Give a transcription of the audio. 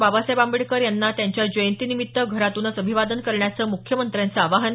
बाबासाहेब आंबेडकर यांना त्यांच्या जयंती निमित्त घरातूनच अभिवादन करण्याचं मुख्यमंत्र्यांचं आवाहन